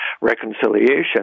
reconciliation